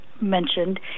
mentioned